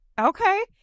Okay